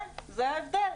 כן, זה ההבדל.